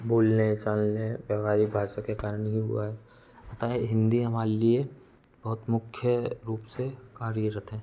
बोलने चालने व्यावहारिक भाषा के कारण ही हुआ है पता है हिन्दी हमारे लिए बहहुत मुख्य रूप से कार्यरत हैं